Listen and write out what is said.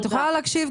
את יכולה להקשיב,